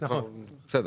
בסדר.